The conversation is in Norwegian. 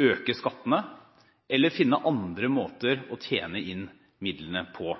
øke skattene eller finne andre måter å tjene inn midlene på.